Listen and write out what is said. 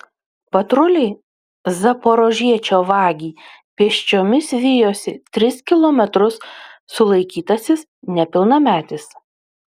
patruliai zaporožiečio vagį pėsčiomis vijosi tris kilometrus sulaikytasis nepilnametis